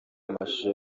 amashusho